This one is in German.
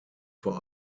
vor